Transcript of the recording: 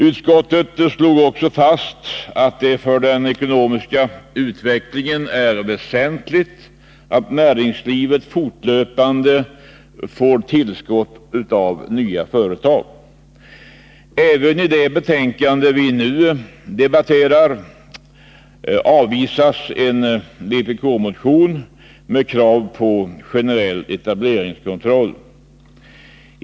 Utskottet slog också fast att det för den ekonomiska utvecklingen är väsentligt att näringslivet fortlöpande får tillskott av nya företag. Även i det betänkande vi nu debatterar avvisas en vpk-motion med krav på generell etableringskontroll.